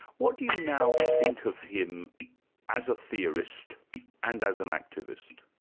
what do you now think of him as a theorist and as an activist?